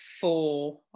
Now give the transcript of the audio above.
four